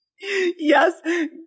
Yes